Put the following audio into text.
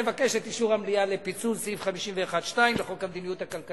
אני מבקש את אישור המליאה לפיצול סעיף 51(2) לחוק המדיניות הכלכלית.